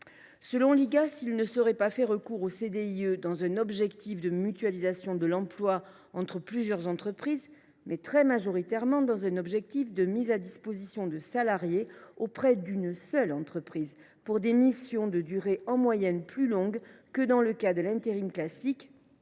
Selon l’Igas, il serait fait recours au CDIE non pas « dans un objectif de mutualisation de l’emploi entre plusieurs entreprises, mais très majoritairement dans un objectif de mise à disposition de salariés auprès d’une seule entreprise, pour des missions de durée en moyenne plus longue que dans le cas de l’intérim classique